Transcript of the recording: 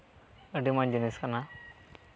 ᱟᱹᱰᱤ ᱢᱚᱡᱽ ᱡᱤᱱᱤᱥ ᱠᱟᱱᱟ